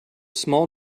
small